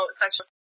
sexual